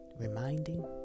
reminding